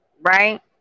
Right